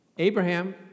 Abraham